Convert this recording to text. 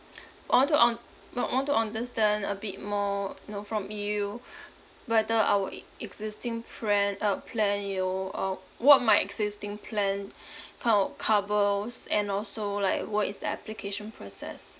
I want to on~ might want to understand a bit more you know from you whether our ex~ existing pran uh plan you know um what my existing plan kind of covers and also like what is the application process